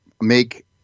make